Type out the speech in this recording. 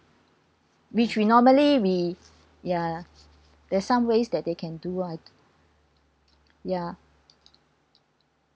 which we normally we ya there is some ways that they can do right ya